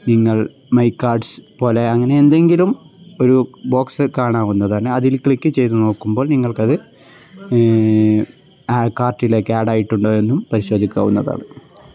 നിങ്ങൾ my cards പോലെ അങ്ങനെ എന്തെങ്കിലും ഒരു ബോക്സ് കാണാവുന്നതാണ് അതിൽ ക്ലിക്ക് ചെയ്ത് നോക്കുമ്പോൾ നിങ്ങൾക്കത് കാർട്ടിലേക്ക് ആഡായിട്ടുണ്ട് എന്നും പരിശോധിക്കാവുന്നതാണ്